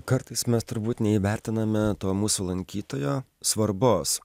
kartais mes turbūt neįvertiname to mūsų lankytojo svarbos